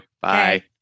Bye